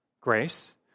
grace